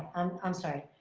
i'm sorry.